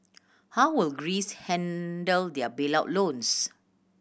how will Greece handle their bailout loans